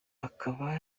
akaba